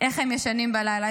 איך הם ישנים בלילה.